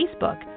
Facebook